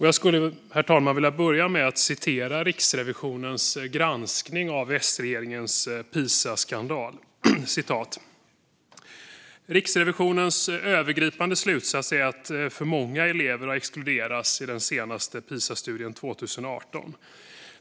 Jag skulle, herr talman, vilja börja med att citera regeringens skrivelse om Riksrevisionens granskning av S-regeringens Pisaskandal: "Riksrevisionens övergripande slutsats är att för många elever har exkluderats i den svenska Pisastudien 2018.